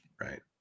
right